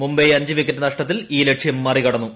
മുംബൈ അഞ്ച് വിക്കറ്റ് നഷ്ടത്തിൽ ലക്ഷ്യം മറികടന്നു